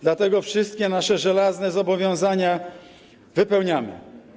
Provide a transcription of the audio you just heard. Dlatego wszystkie nasze żelazne zobowiązania wypełniamy.